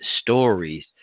stories